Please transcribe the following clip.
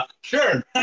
sure